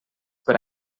per